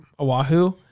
Oahu